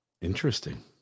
Interesting